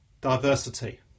diversity